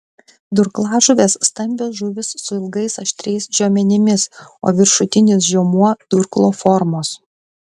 durklažuvės stambios žuvys su ilgais aštriais žiomenimis o viršutinis žiomuo durklo formos